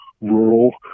Rural